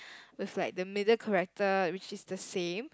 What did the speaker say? with like the middle character which is the same